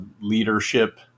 leadership